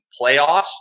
playoffs